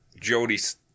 Jody's